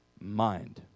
mind